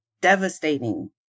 devastating